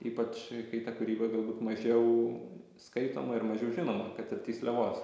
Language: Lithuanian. ypač kai ta kūryba galbūt mažiau skaitoma ir mažiau žinoma kad ir tysliavos